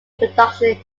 production